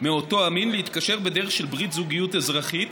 מאותו המין להתקשר בדרך של ברית זוגיות אזרחית